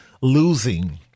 losing